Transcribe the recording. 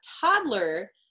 toddler